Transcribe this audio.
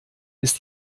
ist